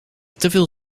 teveel